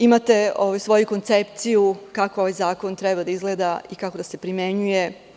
Imate svoju koncepciju kako ovaj zakon treba da izgleda i kako da se primenjuje.